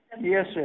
Yes